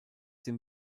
dem